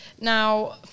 Now